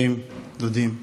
אחים, דודים,